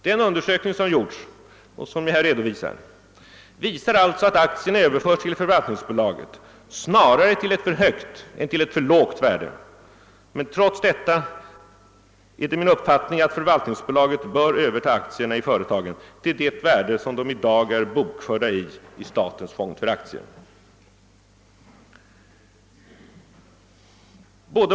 Den undersökning som jag här redogjort för visar således att aktierna överförs till förvaltningsbolaget snarare till ett för högt än till ett för lågt värde, men trots detta är min uppfattning den att förvaltningsbolaget bör överta aktierna i företagen till det värde vartill dessa är bokförda i statens fond för aktier.